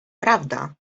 prawda